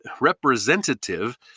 Representative